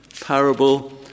parable